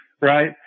right